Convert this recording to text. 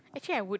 actually I would